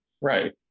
right